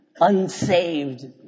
unsaved